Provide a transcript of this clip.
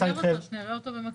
תעלה אותו כדי שנראה אותו במקביל.